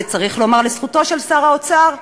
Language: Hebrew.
וצריך לומר לזכותו של שר האוצר,